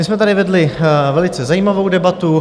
My jsme tady vedli velice zajímavou debatu.